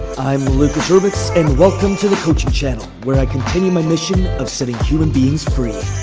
i'm lucas rubix, and welcome to the coaching channel where i continue my mission of sitting human beings free.